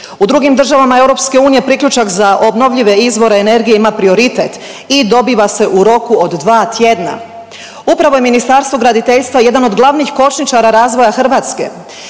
U drugim državama EU priključak za obnovljive izvore energije ima prioritet i dobiva se u roku od dva tjedna. Upravo je Ministarstvo graditeljstva jedan od glavnih kočničara razvoja Hrvatske.